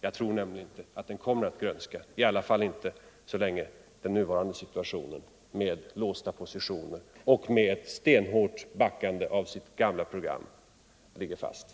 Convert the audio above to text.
Den kommer inte att grönska, i varje-fall inte så länge den nuvarande situationen ligger fast, med låsta positioner och med ett stenhårt uppbackande av sitt gamla program från PLO:s sida.